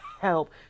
help